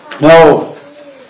No